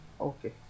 Okay